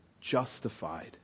justified